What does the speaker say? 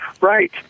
right